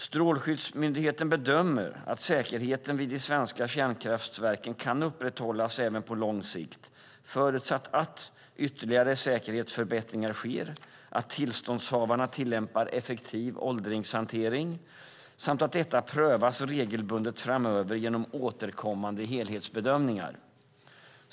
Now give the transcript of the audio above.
Strålsäkerhetsmyndigheten bedömer att säkerheten vid de svenska kärnkraftverken kan upprätthållas även på lång sikt förutsatt att ytterligare säkerhetsförbättringar sker, att tillståndshavarna tillämpar effektiv åldringshantering samt att detta prövas regelbundet framöver genom återkommande helhetsbedömningar.